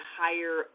higher